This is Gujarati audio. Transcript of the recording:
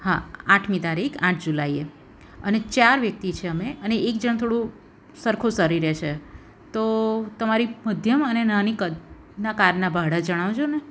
હા આઠમી તારીખ આઠ જુલાઈએ અને ચાર વ્યક્તિ છે અમે અને એક જણ થોડું સરખું શરીરે છે તો તમારી મધ્યમ અને નાની કદના કારના ભાડા જણાવજોને